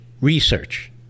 research